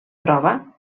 prova